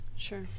Sure